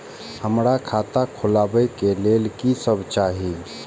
हमरा खाता खोलावे के लेल की सब चाही?